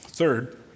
third